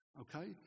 okay